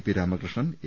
P Ramakrishnan A